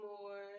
more